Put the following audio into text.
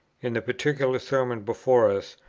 in the particular sermon before us,